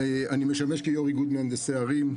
אני משמש כיו"ר איגוד מהנדסי ערים,